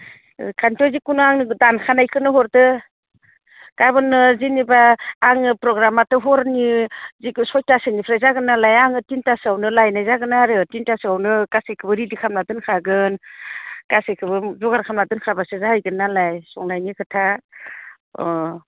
ओंखायनथ' जिखुनो आंनोबो दानखानायखौनो हरदो गाबोननो जेनेबा आङो प्रगामाथ' हरनि जिखुनो सयथासोनिफ्राय जागोन नालाय आङो तिनथा सोआवनो लायनाय जागोन आरो तिनथा सोआवनो गासैखौबो रेडि खालामना दोनखागोन गासैखौबो जगार खालामना दोनखाब्लासो जाहैगोन नालाय संनायनि खोथा अ